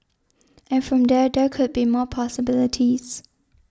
and from there there could be more possibilities